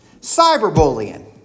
Cyberbullying